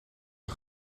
een